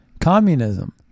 Communism